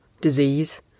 disease